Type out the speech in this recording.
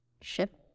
ship